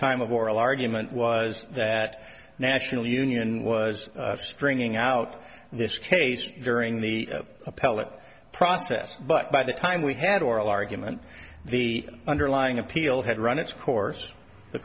time of oral argument was that national union was stringing out in this case during the appellate process but by the time we had oral argument the underlying appeal had run its course the